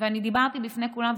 ואני דיברתי בפני כולם,